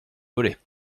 volets